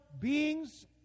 beings